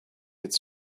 it’s